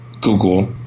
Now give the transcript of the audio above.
Google